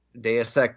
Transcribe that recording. deus